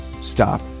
Stop